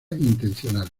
intencional